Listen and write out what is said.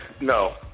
No